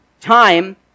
time